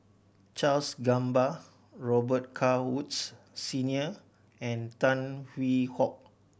Charles Gamba Robet Carr Woods Senior and Tan Hwee Hock